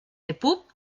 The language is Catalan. epub